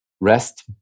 REST